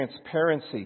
transparency